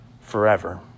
forever